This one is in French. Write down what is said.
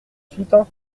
soutint